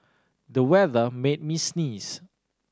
the weather made me sneeze